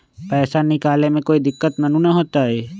पैसा निकाले में कोई दिक्कत त न होतई?